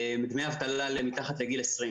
שבעצם באו וביקשו מהמדינה להשתתף בעלויות השכר שלהם.